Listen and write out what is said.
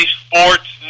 sports